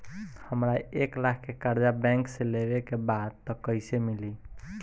हमरा एक लाख के कर्जा बैंक से लेवे के बा त कईसे मिली?